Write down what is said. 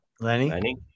Lenny